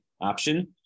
option